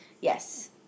Yes